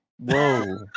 Whoa